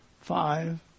Five